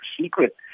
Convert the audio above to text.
secret